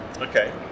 Okay